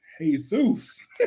Jesus